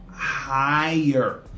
higher